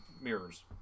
mirrors